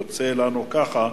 יוצא לנו כך,